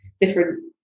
different